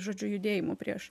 žodžiu judėjimu prieš